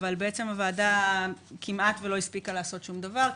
הוועדה כמעט לא הספיקה לעשות שום דבר,